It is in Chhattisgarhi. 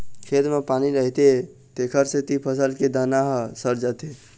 खेत म पानी रहिथे तेखर सेती फसल के दाना ह सर जाथे